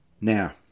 now